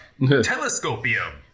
telescopium